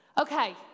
Okay